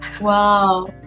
Wow